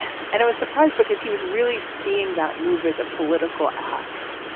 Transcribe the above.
and it was surprised because he was really seeing that move is a political act.